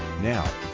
Now